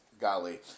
Golly